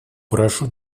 прошу